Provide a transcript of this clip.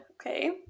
okay